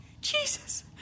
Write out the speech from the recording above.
Jesus